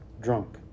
drunk